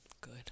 Good